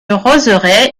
roseraie